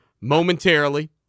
momentarily